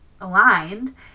aligned